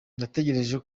natekereje